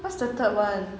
what's the third one